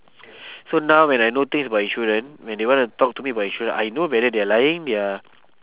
so now when I know things about insurance when they wanna talk to me about insurance I know whether they're lying they are